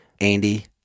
Andy